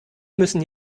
müssen